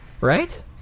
right